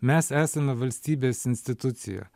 mes esame valstybės institucija